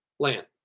Land